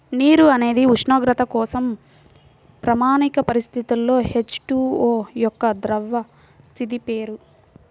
నీరు అనేది ఉష్ణోగ్రత కోసం ప్రామాణిక పరిస్థితులలో హెచ్.టు.ఓ యొక్క ద్రవ స్థితి పేరు